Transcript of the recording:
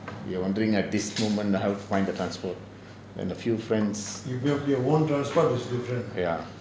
we were wondering at this moment how to find the transport and a few friends ya